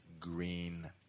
green